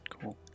Cool